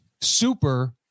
Super